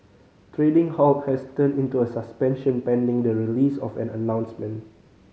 trading halt has turned into a suspension pending the release of an announcement